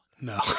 No